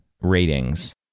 ratings